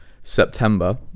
september